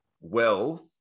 wealth